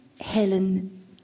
Helen